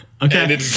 Okay